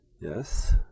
yes